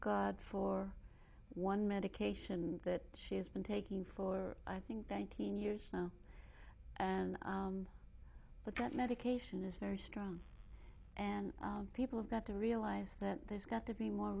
god for one medication that she's been taking for i think tank in years now and but that medication is very strong and people have got to realize that there's got to be more